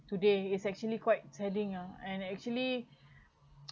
today is actually quite saddening ah and actually